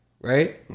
right